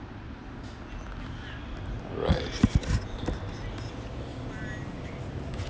right